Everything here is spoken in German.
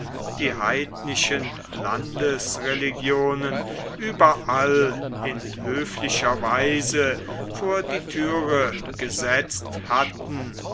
die heidnischen landesreligionen überall in höflicher weise vor die türe gesetzt hatten